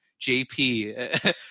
JP